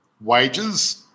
Wages